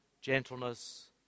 gentleness